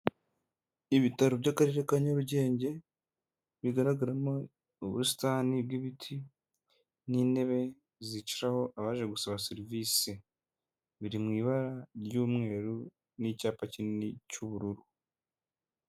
Ibitaro by'akarere ka Nyarugenge, bigaragaramo ubusitani bw'ibiti, n'intebe ziciraho abaje gusaba serivisi, biri mu ibara ry'umweru, n'icyapa kinini cy'ubururu.